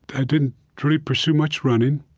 i didn't really pursue much running,